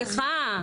סליחה,